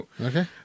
Okay